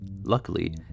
Luckily